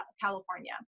California